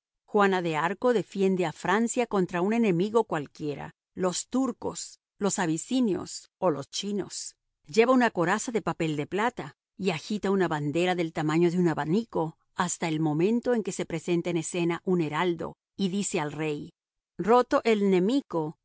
juana de arco defiende a francia contra un enemigo cualquiera los turcos los abisinios o los chinos lleva una coraza de papel de plata y agita una bandera del tamaño de un abanico hasta el momento en que se presenta en escena un heraldo y dice al rey rotto e'l nemico